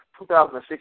2006